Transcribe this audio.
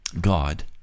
God